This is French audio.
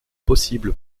possibles